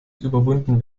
überwunden